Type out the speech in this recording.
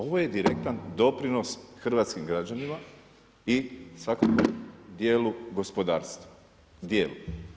Ovo je direktan doprinos hrvatskim građanima i svakako dijelu gospodarstva, dijelu.